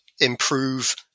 improve